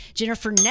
Jennifer